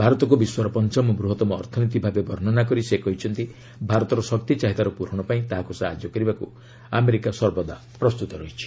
ଭାରତକୁ ବିଶ୍ୱର ପଞ୍ଚମ ବୃହତ୍ତମ ଅର୍ଥନୀତି ଭାବେ ବର୍ଷ୍ଣନା କରି ସେ କହିଛନ୍ତି ଭାରତର ଶକ୍ତି ଚାହିଦାର ପୂରଣ ପାଇଁ ତାହାକୁ ସାହାଯ୍ୟ କରିବାକୁ ଆମେରିକା ସର୍ବଦା ପ୍ରସ୍ତୁତ ରହିଛି